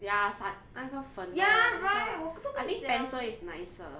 ya sud~ 那个粉的那个 I think pencil is nicer